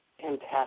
Fantastic